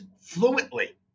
fluently